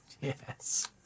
yes